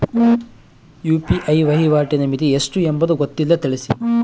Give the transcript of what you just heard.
UPI ವಹಿವಾಟಿನ ಮಿತಿ ಎಷ್ಟು ಎಂಬುದು ಗೊತ್ತಿಲ್ಲ? ತಿಳಿಸಿ?